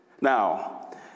Now